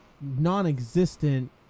non-existent